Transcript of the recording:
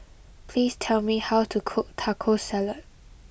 please tell me how to cook Taco Salad